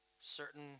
certain